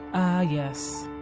ah, yes.